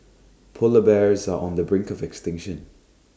Polar Bears are on the brink of extinction